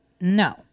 No